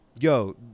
yo